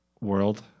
world